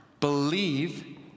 believe